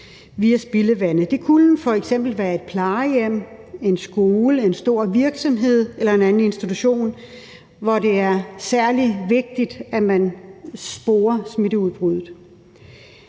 via spildevandet. Det kunne f.eks. være et plejehjem, en skole, en stor virksomhed eller en anden institution, hvor det er særlig vigtigt, at man sporer smitteudbruddet.